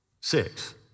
six